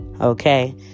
Okay